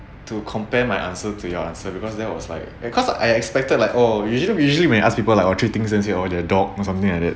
to compare my answer to your answer because there was like cause I expected like oh usually usually when you I ask people like or three things or their dog or something like that